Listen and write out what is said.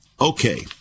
Okay